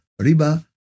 riba